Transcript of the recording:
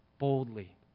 boldly